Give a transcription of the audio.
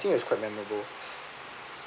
I think it was quite memorable